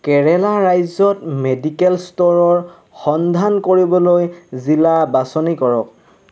কেৰেলা ৰাজ্যত মেডিকেল ষ্ট'ৰৰ সন্ধান কৰিবলৈ জিলা বাছনি কৰক